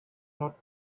not